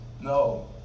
No